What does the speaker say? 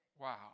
Wow